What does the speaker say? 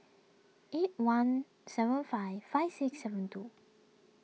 eight one seven five five six seven two